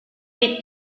che